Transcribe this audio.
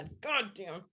goddamn